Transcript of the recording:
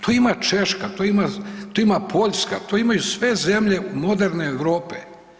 To ima Češka, to ima Poljska, to imaju sve zemlje moderne Europe.